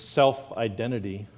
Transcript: self-identity